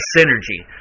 Synergy